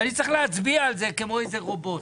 ואני צריך להצביע על זה כמו איזה רובוט.